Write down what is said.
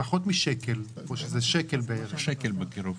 קפצה ב-50% והרכישה של משקאות עם כמות סוכר גבוהה,